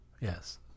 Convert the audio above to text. Yes